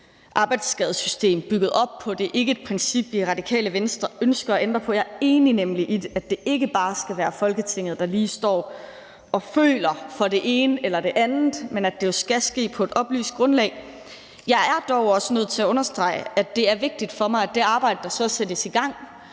arbejdsskadesystem bygget op på, og det er ikke et princip, vi i Radikale Venstre ønsker at ændre på. Jeg er nemlig enig i, at det ikke bare skal være Folketinget, der står og lige føler for det ene eller det andet, men at det skal ske på et oplyst grundlag. Jeg er dog også nødt til at understrege, at det er vigtigt for mig, at man i forhold til det arbejde, der så sættes i gang,